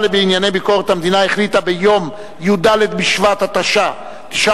לענייני ביקורת המדינה החליטה ביום י"ד בשבט התשע"א,